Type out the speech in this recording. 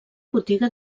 botiga